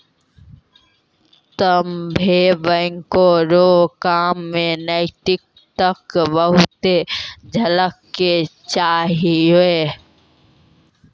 सभ्भे बैंक रो काम मे नैतिकता बहुते झलकै के चाहियो